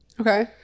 Okay